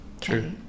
True